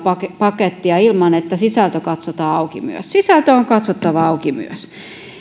pakettia ilman että myös sisältö katsotaan auki myös sisältö on katsottava auki